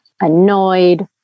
annoyed